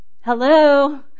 Hello